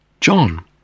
John